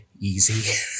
easy